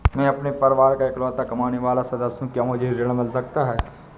मैं अपने परिवार का इकलौता कमाने वाला सदस्य हूँ क्या मुझे ऋण मिल सकता है?